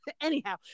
Anyhow